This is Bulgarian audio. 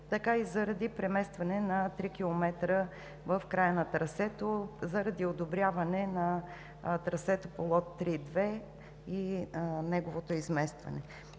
така и заради преместване на три километра в края на трасето заради одобряване на трасето по лот 3.2 и неговото изместване.